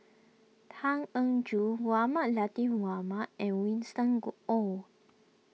Tan Eng Joo Mohamed Latiff Mohamed and Winston go Oh